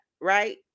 right